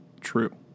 true